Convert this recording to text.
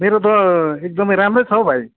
मेरो त एकदमै राम्रो छ हो भाइ